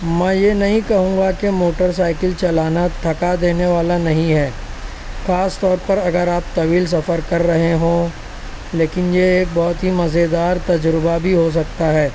میں یہ نہیں کہوں گا کہ موٹر سائیکل چلانا تھکا دینے والا نہیں ہے خاص طور پر اگر آپ طویل سفر کر رہے ہوں لیکن یہ ایک بہت ہی مزے دار تجربہ بھی ہو سکتا ہے